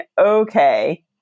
okay